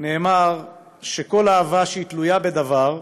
נאמר שכל אהבה שהיא תלויה בדבר,